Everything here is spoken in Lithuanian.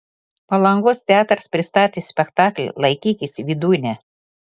palangos teatras pristatė spektaklį laikykis vydūne